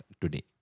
today